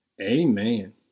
Amen